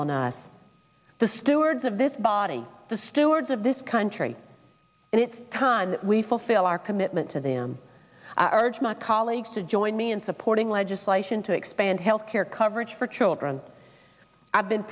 on us the stewards of this body the stewards of this country and it's time that we fulfill our commitment to their arch my colleagues to join me in supporting legislation to expand health care coverage for children i've been